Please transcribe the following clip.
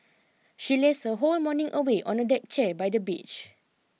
she lazed her whole morning away on a deck chair by the beach